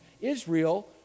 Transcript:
Israel